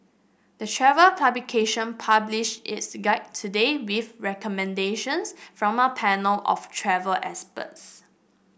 the travel publication published its guide today with recommendations from a panel of travel experts